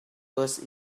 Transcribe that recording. was